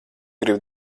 gribi